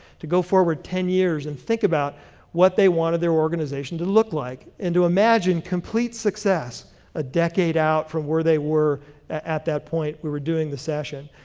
to go forward ten years and think about what they wanted their organization to look like and to imaging complete success a decade out from where they were at that point we were doing the session.